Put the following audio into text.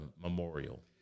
memorial